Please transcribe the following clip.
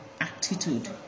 attitude